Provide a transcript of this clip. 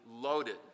loaded